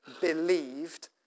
believed